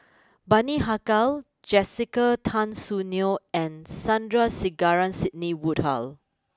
Bani Haykal Jessica Tan Soon Neo and Sandrasegaran Sidney Woodhull